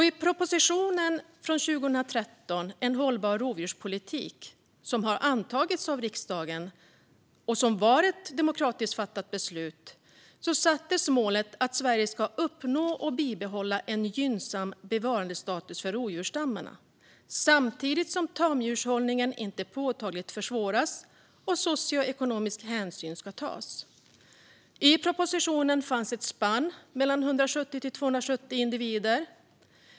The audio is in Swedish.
I propositionen från 2013 En hållbar rovdjurspolitik , som har antagits av riksdagen och som var ett demokratiskt fattat beslut, sattes målet att Sverige ska uppnå och bibehålla en gynnsam bevarandestatus för rovdjursstammarna samtidigt som tamdjurshållningen inte påtagligt försvåras och socioekonomisk hänsyn tas. I propositionen fanns ett spann på mellan 170 och 270 individer.